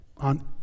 on